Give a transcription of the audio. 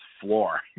floor